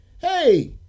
hey